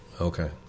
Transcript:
Okay